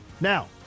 Now